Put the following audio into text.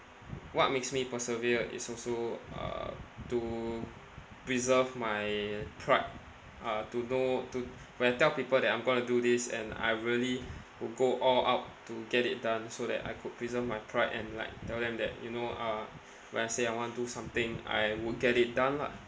what makes me persevere is also uh to preserve my pride uh to know to when I tell people that I'm gonna do this and I really would go all out to get it done so that I could preserve my pride and like tell them that you know uh when I say I wanna do something I would get it done lah